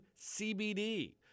CBD